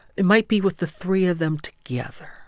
it might be with the three of them together.